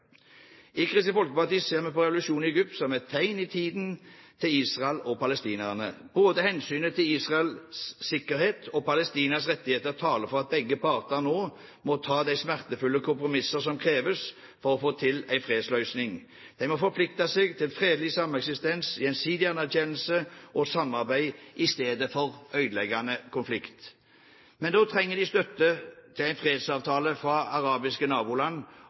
I Kristelig Folkepartis ser vi på revolusjonen i Egypt som et tegn i tiden til Israel og palestinerne. Både hensynet til Israels sikkerhet og palestinernes rettigheter taler for at begge parter nå må ta de smertefulle kompromisser som kreves for å få til en fredsløsning. De må forplikte seg til fredelig sameksistens, gjensidig anerkjennelse og samarbeid i stedet for ødeleggende konflikt. Men da trenger de støtte til en fredsavtale fra arabiske naboland